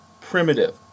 primitive